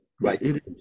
right